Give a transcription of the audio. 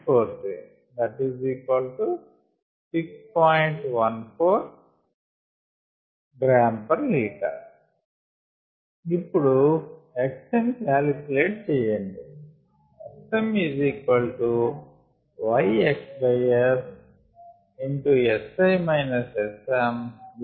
14 gl 1 ఇప్పుడు xmకాలిక్యులేట్ చెయ్యండి xmYxSSi Sm 0